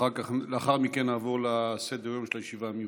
לאחר מכן נעבור לסדר-היום של הישיבה המיוחדת.